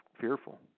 fearful